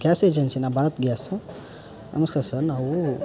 gas ಏಜೆನ್ಸಿಯಾ Bharat gas ನಮಸ್ಕಾರ sir ನಾವು